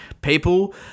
People